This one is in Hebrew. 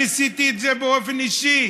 במקום מגורים או בכבישים,